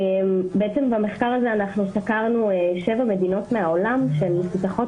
במחקר הזה אנחנו סקרנו 7 מדינות מהעולם שמפותחות